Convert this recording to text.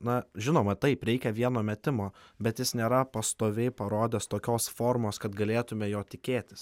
na žinoma taip reikia vieno metimo bet jis nėra pastoviai parodęs tokios formos kad galėtume jo tikėtis